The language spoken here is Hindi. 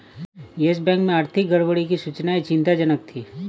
यस बैंक में आर्थिक गड़बड़ी की सूचनाएं चिंताजनक थी